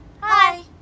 Hi